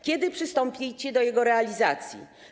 Kiedy przystąpicie do jego realizacji?